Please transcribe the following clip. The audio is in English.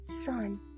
son